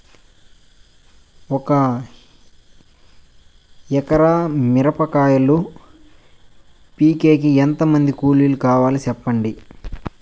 ఒక ఎకరా మిరప కాయలు పీకేకి ఎంత మంది కూలీలు కావాలి? సెప్పండి?